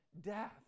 death